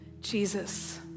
Jesus